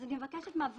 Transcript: אני מבקשת מהוועדה